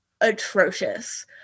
atrocious